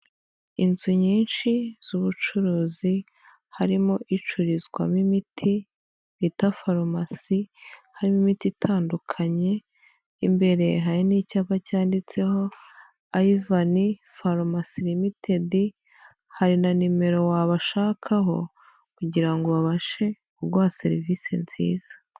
Inzu nyinshi z'ubucuruzi harimo icururizwamo imiti bita farumasi, harimo imiti itandukanye, imbere hari n'icyapa cyanditseho Ayivani farumasi rimitedi, hari na nimero wabashakaho kugirango babashe kuguha serivisi nziza.